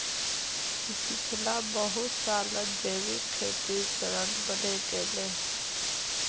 पिछला बहुत सालत जैविक खेतीर चलन बढ़े गेले